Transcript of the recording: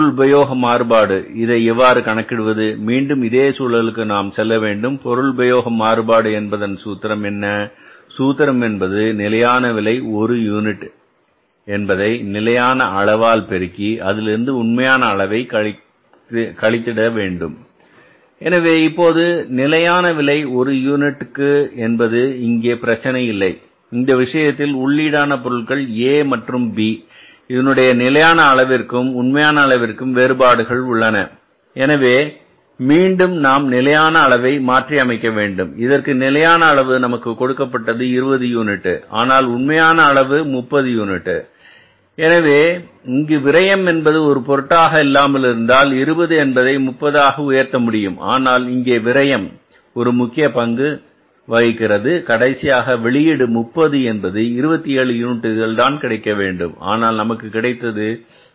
பொருள் உபயோக மாறுபாடு இதை எவ்வாறு கணக்கிடுவது மீண்டும் இதே சூழலுக்கு நாம் செல்ல வேண்டும் பொருள் உபயோக மாறுபாடு என்பதன் சூத்திரம் என்ன சூத்திரம் என்பது நிலையான விலை ஒரு யூனிட்டிற்கு என்பதை நிலையான அளவால் பெருக்கி அதிலிருந்து உண்மையான அளவை கழித்தல் வேண்டும் எனவே இப்போது நிலையான விலை ஒரு யூனிட்டுக்கு என்பது இங்கே பிரச்சனை இல்லை இந்த விஷயத்தில் உள்ளீடான பொருட்கள் A மற்றும் B இதனுடைய நிலையான அளவிற்கும் உண்மையான அளவிற்கும் வேறுபாடுகள் உள்ளன எனவே மீண்டும் நாம் நிலையான அளவை மாற்றி அமைக்க வேண்டும் இதற்கு நிலையான அளவு நமக்கு கொடுக்கப்பட்டது 20 யூனிட் ஆனால் உண்மையான அளவு 30 யூனிட் எனவே இங்கு விரயம் என்பது ஒரு பொருட்டாக இல்லாமலிருந்தால் இருபது என்பதை 30 ஆக உயர்த்த முடியும் ஆனால் இங்கே விரையம் ஒரு முக்கிய பங்கு கடைசியாக வெளியீடு 30 என்பது 27 யூனிட்டுகள் கிடைக்க வேண்டும் ஆனால் நமக்கு கிடைத்தது 26